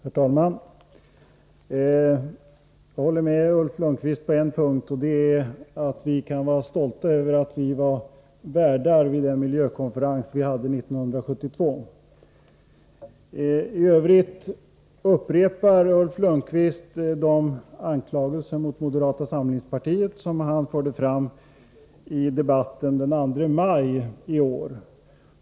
Herr talman! Jag håller med Ulf Lönnqvist på en punkt. Vi kan vara stolta över att vi var värdar på miljökonferensen 1972. I övrigt upprepar Ulf Lönnqvist de anklagelser mot moderata samlingspartiet som han förde fram i debatten den 2 maj i år.